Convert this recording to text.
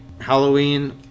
Halloween